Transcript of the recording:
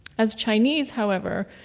as chinese however,